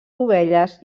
ovelles